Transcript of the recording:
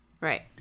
Right